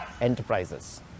Enterprises